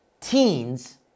teens